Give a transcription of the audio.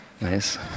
Nice